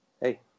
hey